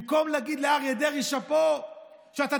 במקום להגיד לאריה דרעי שאפו ושאתה